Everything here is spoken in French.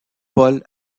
paul